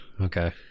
okay